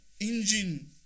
engine